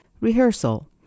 Rehearsal